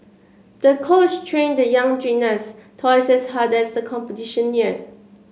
the coach trained the young gymnast twice as hard as the competition neared